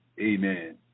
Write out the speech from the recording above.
amen